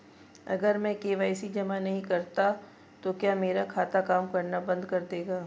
अगर मैं के.वाई.सी जमा नहीं करता तो क्या मेरा खाता काम करना बंद कर देगा?